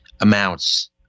amounts